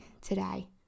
today